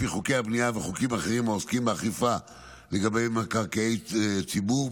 לפי חוקי הבנייה וחוקים אחרים העוסקים באכיפה לגבי מקרקעי ציבור,